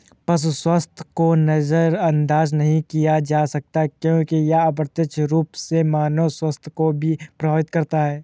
पशु स्वास्थ्य को नजरअंदाज नहीं किया जा सकता क्योंकि यह अप्रत्यक्ष रूप से मानव स्वास्थ्य को भी प्रभावित करता है